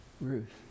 Ruth